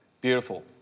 beautiful